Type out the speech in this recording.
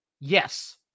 yes